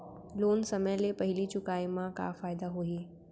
Loan समय ले पहिली चुकाए मा का फायदा होही?